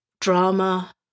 drama